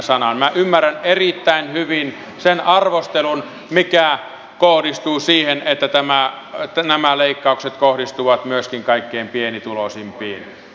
minä ymmärrän erittäin hyvin sen arvostelun mikä kohdistuu siihen että nämä leikkaukset kohdistuvat myöskin kaikkein pienituloisimpiin